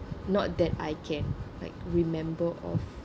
not that I can like remember of